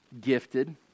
gifted